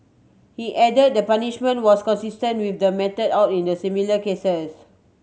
he add the punishment was consistent with the meted out in the similar cases